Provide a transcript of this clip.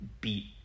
beat